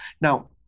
Now